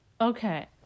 Okay